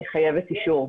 היא חייבת אישור.